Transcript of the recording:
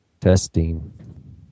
Testing